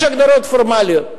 יש הגדרות פורמליות.